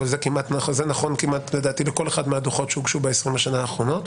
אבל זה נכון לדעתי כמעט לכל אחד מהדוחות שהוגשו ב-20 השנים האחרונות,